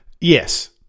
Yes